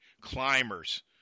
climbers